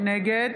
נגד